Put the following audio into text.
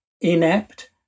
inept